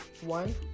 one